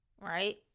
Right